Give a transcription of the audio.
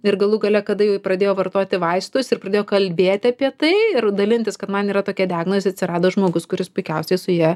ir galų gale kada ji pradėjo vartoti vaistus ir pradėjo kalbėti apie tai ir dalintis kad man yra tokia diagnozė atsirado žmogus kuris puikiausiai su ja